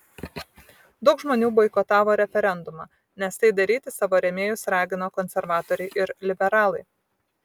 daug žmonių boikotavo referendumą nes tai daryti savo rėmėjus ragino konservatoriai ir liberalai